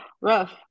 rough